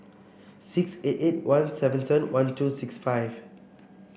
six eight eight one seven seven one two six five